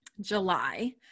July